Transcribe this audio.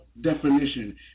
definition